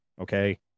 okay